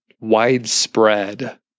widespread